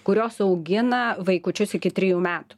kurios augina vaikučius iki trijų metų